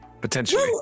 Potentially